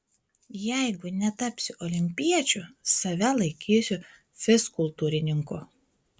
jeigu netapsiu olimpiečiu save laikysiu fizkultūrininku